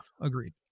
agreed